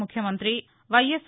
ముఖ్యమంత్రి వైఎస్